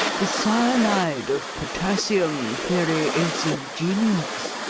the cyanide of potassium theory is ingenious,